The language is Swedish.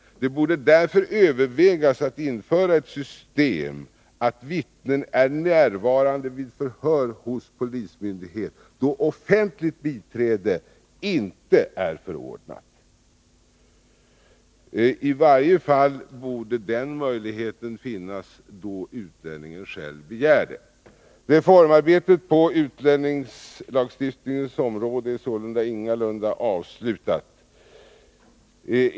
Man borde därför överväga att införa ett system som innebär att medborgarvittnen är närvarande vid förhör hos polismyndighet då offentligt biträde inte är förordnat. I varje fall borde den möjligheten finnas om utlänningen själv begär det. Reformarbetet på utlänningslagstiftningens område är således ingalunda avslutat.